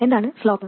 എന്താണ് സ്ലോപ്പ്